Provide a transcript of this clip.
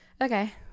Okay